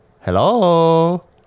hello